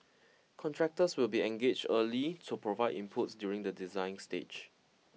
contractors will be engaged early to provide inputs during the design stage